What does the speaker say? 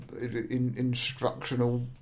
instructional